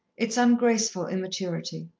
its ungraceful immaturity.